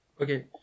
Okay